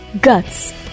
Guts